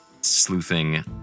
sleuthing